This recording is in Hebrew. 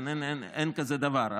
אין כזה דבר.